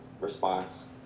response